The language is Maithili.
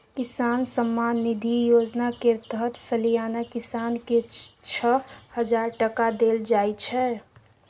किसान सम्मान निधि योजना केर तहत सलियाना किसान केँ छअ हजार टका देल जाइ छै